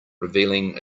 revealing